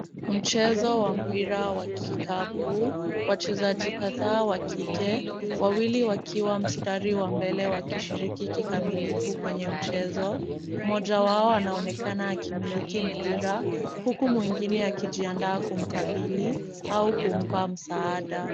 Mchezo wa mpira wa kikapu, wachezaji kadhaa wa kike, wawili wakiwa mstari wa mbele wakishiriki kikamilifu kwenye mchezo. Mmoja wao anaonekana akimiliki mpira huku mwingine akijiandaa kumkabili au kumpa msaada.